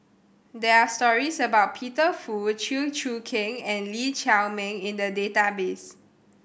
there are stories about Peter Fu Chew Choo Keng and Lee Chiaw Meng in the database